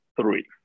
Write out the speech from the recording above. three